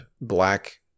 black